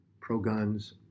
pro-guns